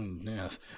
Yes